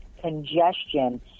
congestion